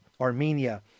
Armenia